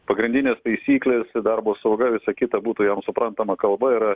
pagrindinės taisyklės darbo sauga visa kita būtų jam suprantama kalba yra